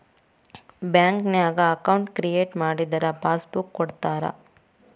ಬ್ಯಾಂಕ್ನ್ಯಾಗ account create ಮಾಡಿದರ passbook ಕೊಡ್ತಾರಾ